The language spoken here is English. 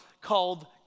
called